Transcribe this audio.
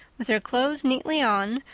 with her clothes neatly on,